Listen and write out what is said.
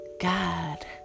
god